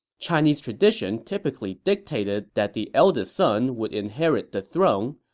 chinese tradition typically dictated that the eldest son would inherit the throne,